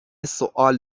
سوال